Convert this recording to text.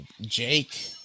Jake